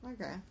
Okay